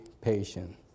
patient